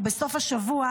ובסוף השבוע,